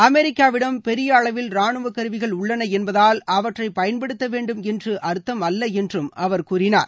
அமெரிக்காவிடம் பெரிய அளவில் ரானுவ கருவிகள் உள்ளன என்பதால் அவற்றை பயன்படுத்த வேண்டும் என்று அர்த்தம் அல்ல என்றும் அவர் கூறினார்